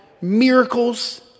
miracles